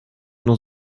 nur